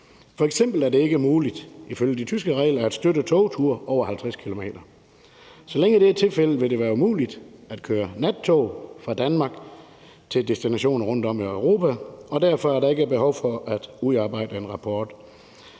F.eks. er det ifølge de tyske regler ikke muligt at støtte togture over 50 km. Så længe det er tilfældet, vil det være umuligt at køre nattog fra Danmark til destinationer rundtom i Europa, og derfor er der ikke behov for at udarbejde en rapport